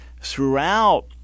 throughout